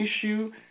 issue